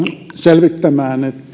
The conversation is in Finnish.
selvittämään